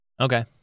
Okay